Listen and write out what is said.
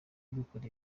dukora